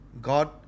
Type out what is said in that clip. God